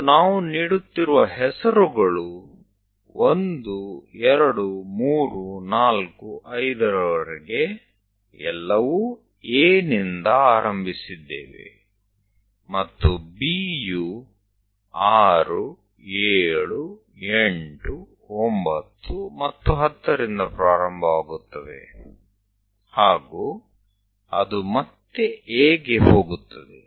ಮತ್ತು ನಾವು ನೀಡುತ್ತಿರುವ ಹೆಸರುಗಳು 1 2 3 4 5 ವರೆಗೆ ಎಲ್ಲವೂ A ನಿಂದ ಆರಂಭಿಸಿದ್ದೇವೆ ಮತ್ತು B ಯು 6 7 8 9 ಮತ್ತು 10 ರಿಂದ ಪ್ರಾರಂಭವಾಗುತ್ತವೆ ಹಾಗು ಅದು ಮತ್ತೆ A ಗೆ ಹೋಗುತ್ತದೆ